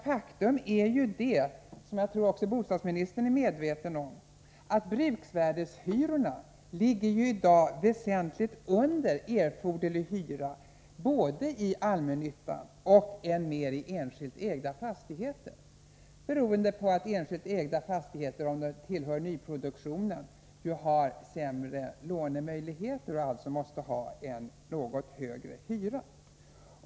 Faktum är — och det tror jag att även bostadsministern är medveten om — att bruksvärdeshyran i dag ligger väsentligt under erforderlig hyra både i allmännyttan och än mer i enskilt ägda fastigheter, beroende på att enskilt ägda fastigheter om de tillhör nyproduktionen ju har sämre lånemöjligheter och alltså måste ha en något högre hyra.